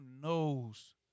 knows